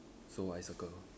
so I circle